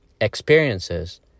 experiences